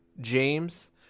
James